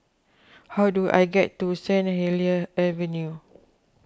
how do I get to Saint Helier's Avenue